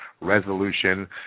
resolution